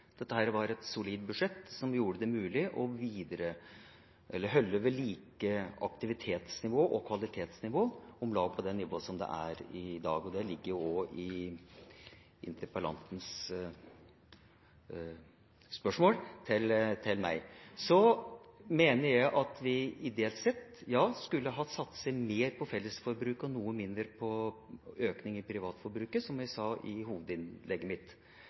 Dette var et solid budsjett som gjorde det mulig å holde ved like aktivitetsnivået og kvalitetsnivået om lag på det nivået det er i dag. Det ligger jo også i replikantens spørsmål til meg. Så mener jeg at vi ideelt sett skulle ha satset mer på fellesforbruket og noe mindre på økning i privatforbruket, som jeg sa i hovedinnlegget mitt,